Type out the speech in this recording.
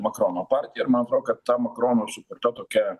makrono partija ir man atro kad tam makrono sukurta tokia